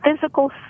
physical